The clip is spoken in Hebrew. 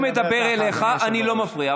כשהוא מדבר אליך אני לא מפריע,